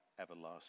everlasting